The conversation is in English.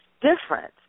different